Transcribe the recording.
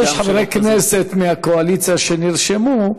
יש חברי כנסת מהקואליציה שנרשמו,